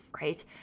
right